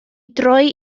droi